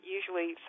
usually